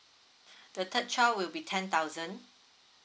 the third child would be ten thousand